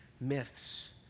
myths